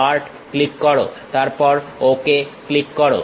part click করো তারপর okay click করো